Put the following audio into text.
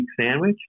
sandwich